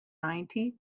ninety